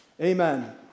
Amen